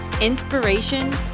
inspiration